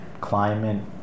climate